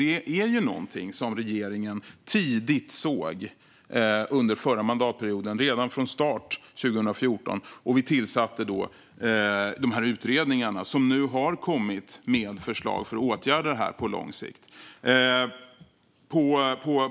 Detta är någonting som regeringen tidigt såg under den förra mandatperioden, redan från start 2014, och vi tillsatte då de här utredningarna som nu har kommit med förslag för att åtgärda detta på lång sikt.